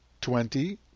twenty